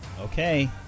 Okay